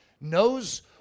knows